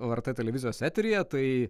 lrt televizijos eteryje tai